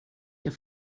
jag